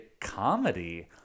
comedy